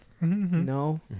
No